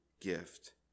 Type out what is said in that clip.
gift